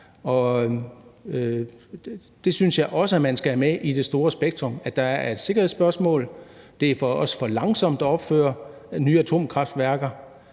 Det synes jeg også man skal have med i det store spektrum, nemlig at der er et sikkerhedsspørgsmål. Det er også for langsomt at opføre nye atomkraftværker.